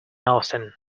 austen